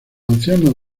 ancianos